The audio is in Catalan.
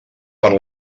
per